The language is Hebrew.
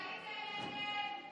ההסתייגות